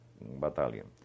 battalion